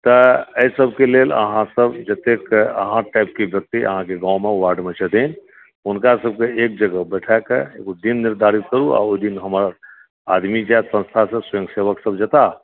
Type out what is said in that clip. तऽ एहि सभके लेल अहाँ सभ एक अहाँ टाइपके व्यक्ति अहाँके गाँवमे छथिन हुनका सभकेँ एक जगह बैठाके ओ दिन निर्धारित करु आ ओहि दिन हमर आदमी जाएत संस्थासँ स्वयं सेवक सभ जेताह